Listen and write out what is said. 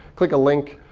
click a link,